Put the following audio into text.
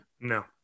No